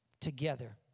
Together